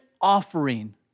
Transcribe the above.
offering